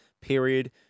period